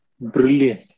Brilliant